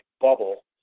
bubble